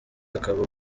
akaba